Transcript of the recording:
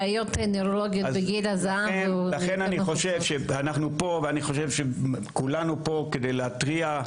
אני חושב שכולנו פה כדי להתריע.